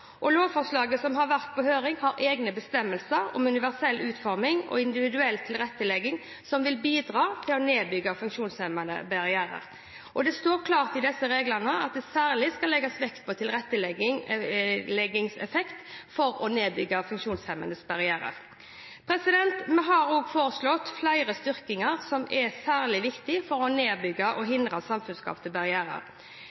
Lovforslaget som har vært på høring, har egne bestemmelser om universell utforming og individuell tilrettelegging som vil bidra til å nedbygge funksjonshemmende barrierer. Det står klart i disse reglene at det særlig skal legges vekt på tilretteleggingens effekt for å nedbygge funksjonshemmende barrierer. Vi har også foreslått flere styrkinger som er særlig viktige for å nedbygge og